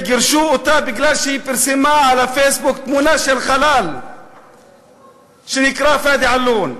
גירשו אותה מפני שהיא פרסמה בפייסבוק תמונה של חלל שנקרא פאדי עלון.